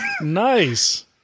Nice